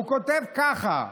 הוא כותב ככה: